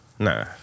Nah